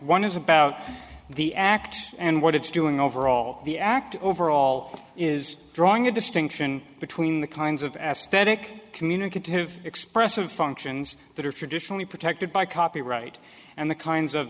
one is about the act and what it's doing overall the act overall is drawing a distinction between the kinds of as static communicative expressive functions that are traditionally protected by copyright and the kinds of